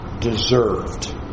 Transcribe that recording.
deserved